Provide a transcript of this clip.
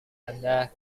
anda